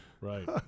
Right